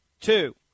Two